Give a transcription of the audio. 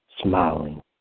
Smiling